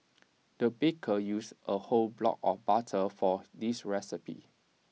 the baker used A whole block of butter for this recipe